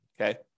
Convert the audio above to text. okay